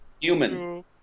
human